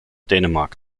dänemark